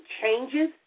changes